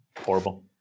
Horrible